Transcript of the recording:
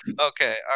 Okay